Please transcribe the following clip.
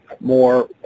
more